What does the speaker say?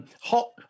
Hot